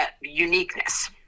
uniqueness